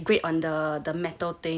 grate on the the metal thing